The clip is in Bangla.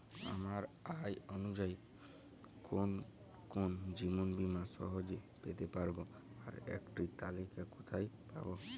আমার আয় অনুযায়ী কোন কোন জীবন বীমা সহজে পেতে পারব তার একটি তালিকা কোথায় পাবো?